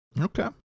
Okay